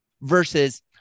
versus